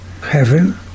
heaven